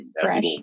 Fresh